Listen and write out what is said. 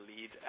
lead